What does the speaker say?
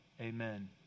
amen